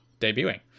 debuting